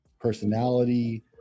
personality